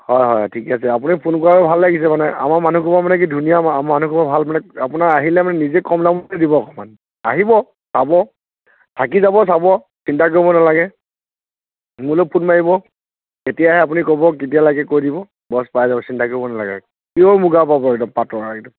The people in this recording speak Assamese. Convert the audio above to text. হয় হয় ঠিকে আছে আপুনি ফোন কৰা বাবে ভাল লাগিছে মানে আমাৰ মানুহসোপা মানে কি ধুনীয়া মা মানুহসোপা ভাল মানে আপোনাৰ আহিলে মানে নিজে কম দামতো দিব অকণমান আহিব পাব থাকি যাব চাব চিন্তা কৰিব নালাগে মোলৈ ফোন মাৰিব কেতিয়া আহে আপুনি ক'ব কেতিয়া লাগে কৈ দিব বচ পাই যাব চিন্তা কৰিব নালাগে পিঅ'ৰ মুগা পাব একদম পাটৰ একদম